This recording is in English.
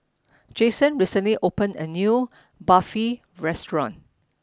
Jaxon recently opened a new Barfi Restaurant